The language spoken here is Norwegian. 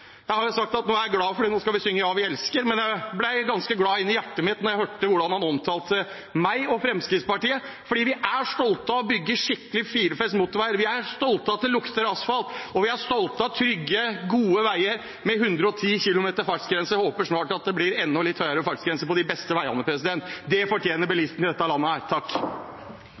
Jeg har sagt at nå er jeg glad fordi vi skal synge «Ja, vi elsker», men jeg ble ganske glad inni hjertet mitt da jeg hørte hvordan han omtalte meg og Fremskrittspartiet: Vi er stolte av å bygge skikkelige, firefelts motorveier, vi er stolte av at det lukter asfalt, og vi er stolte av trygge, gode veier med 110 km/t fartsgrense. Jeg håper at det snart blir enda litt høyere fartsgrense på de beste veiene. Det fortjener bilistene i dette landet.